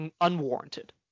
unwarranted